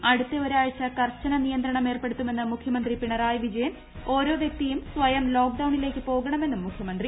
കേരളത്തിൽ അടുത്ത ഒരാഴ്ച കർശന നിയന്ത്രണം ഏർപ്പെടുത്തുമെന്ന് മുഖ്യമന്ത്രി പിണറായി വിജയൻ ഓരോ വൃക്തിയും സ്ഥയം ലോക്ഡൌണിലേക്ക് പോകണമെന്നും മുഖൃമന്ത്രി